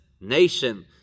nation